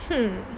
um